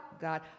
God